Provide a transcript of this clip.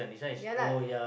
ya lah